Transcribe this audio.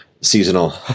seasonal